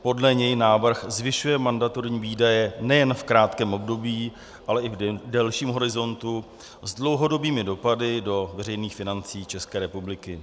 Podle něj návrh zvyšuje mandatorní výdaje nejen v krátkém období, ale i v delším horizontu s dlouhodobými dopady do veřejných financí České republiky.